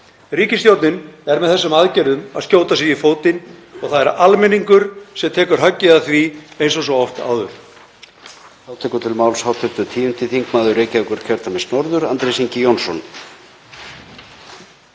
Ríkisstjórnin er með þessum aðgerðum að skjóta sig í fótinn og það er almenningur sem tekur höggið af því eins og svo oft áður.